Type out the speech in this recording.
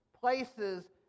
places